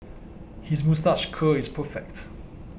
his moustache curl is perfect